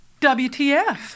WTF